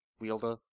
wielder